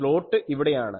slot ഇവിടെയാണ്